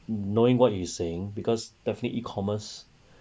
knowing what you saying because definitely E-commerce